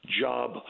job